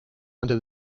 under